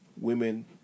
women